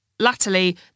latterly